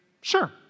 sure